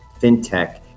fintech